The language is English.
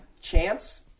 Chance